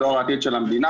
דור העתיד של המדינה.